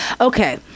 Okay